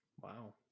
Wow